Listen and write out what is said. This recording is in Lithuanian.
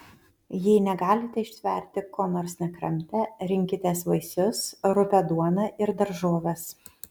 jei negalite ištverti ko nors nekramtę rinkitės vaisius rupią duoną ir daržoves